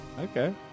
Okay